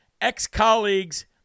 ex-colleagues